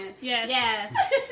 Yes